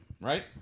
Right